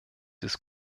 ist